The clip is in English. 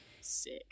Sick